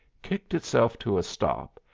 kicked itself to a stop,